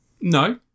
No